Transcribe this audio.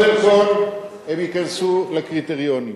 קודם כול, הם ייכנסו לקריטריונים,